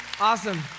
Awesome